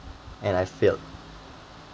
and I failed